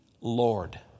Lord